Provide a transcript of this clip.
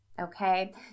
Okay